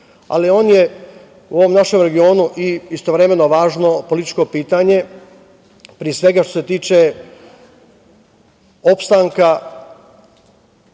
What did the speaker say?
ali on je u ovom našem regionu i istovremeno važno političko pitanje, pre svega što se tiče opstanka